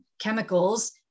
chemicals